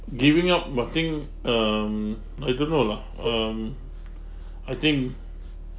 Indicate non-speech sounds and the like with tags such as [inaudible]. giving up but think um I don't know lah um [breath] I think